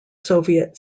soviet